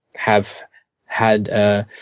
have had, ah